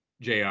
Jr